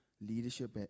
leadership